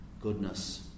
goodness